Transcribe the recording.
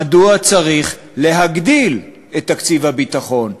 מדוע צריך להגדיל את תקציב הביטחון?